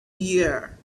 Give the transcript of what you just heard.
year